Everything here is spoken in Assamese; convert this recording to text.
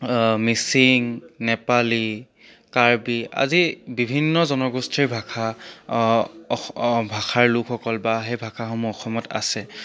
মিচিং নেপালী কাৰ্বি আদি বিভিন্ন জনগোষ্ঠীৰ ভাষা অস ভাষাৰ লোকসকল বা সেই ভাষাসমূহ অসমত আছে